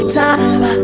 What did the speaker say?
time